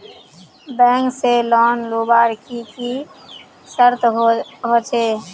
Bank से loan लुबार की की शर्त होचए?